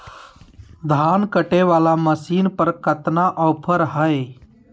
धान कटे बाला मसीन पर कतना ऑफर हाय?